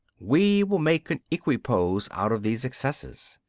we will make an equipoise out of these excesses.